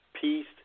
peace